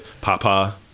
Papa